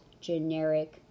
generic